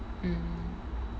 mm